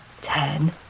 ten